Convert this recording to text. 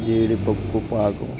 జీడిపప్పు పాకం